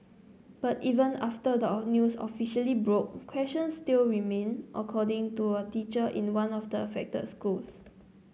but even after the news officially broke questions still remain according to a teacher in one of the affected schools